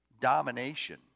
domination